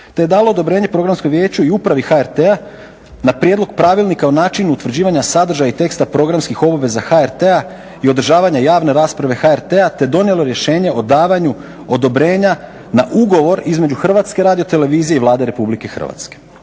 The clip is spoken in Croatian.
te je dalo odobrenje programskom vijeću i upravi HRT-a da prijedlog pravilnika o načinu utvrđivanja sadržaja i teksta programskih obaveza HRT-a i održavanje javne rasprave HRT-a te donijelo rješenje o davanju odobrenja na ugovor između HRT-a i Vlade RH. Izvješće